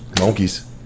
Monkeys